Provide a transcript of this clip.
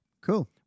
Cool